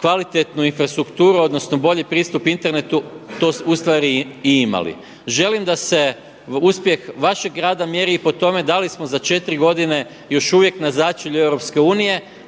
kvalitetnu infrastrukturu odnosno bolji pristup internetu to smo ustvari i imali. Želim da se uspjeh vašeg grada mjeri i po tome da li smo za 4 godine još uvijek na začelju EU